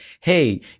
hey